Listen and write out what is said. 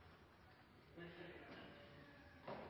nei,